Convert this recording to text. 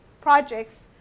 projects